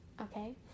okay